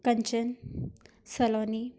कंचन सलोनी